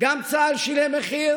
גם צה"ל שילם מחיר